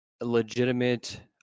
legitimate